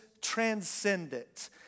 transcendent